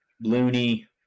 Looney